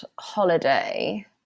holiday